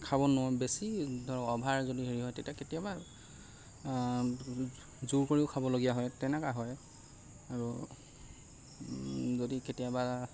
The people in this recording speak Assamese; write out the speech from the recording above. খাব নোৱাৰোঁ বেছি অভাৰ যদি হেৰি হয় তেতিয়া কেতিয়াবা জোৰ কৰিও খাবলগীয়া হয় তেনেকুৱা হয় আৰু যদি কেতিয়াবা